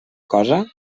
cosa